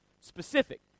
specific